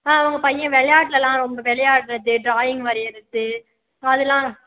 ஆ உங்க பையன் விளையாட்டுலெலாம் ரொம்ப விளையாடுகிறது ட்ராயிங் வரைகிறது அதெல்லாம்